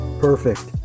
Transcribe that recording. perfect